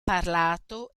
parlato